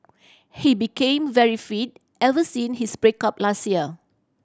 he became very fit ever since his break up last year